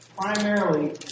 primarily